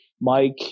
Mike